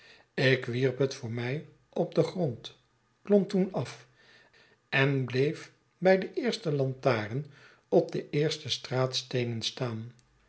ik wierp het voor mij op den grond klom toen af en bleef bij de eerste lantaren op de eerste straatsteenen staan